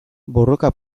borroka